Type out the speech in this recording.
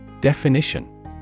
Definition